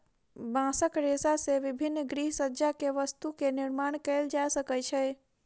बांसक रेशा से विभिन्न गृहसज्जा के वस्तु के निर्माण कएल जा सकै छै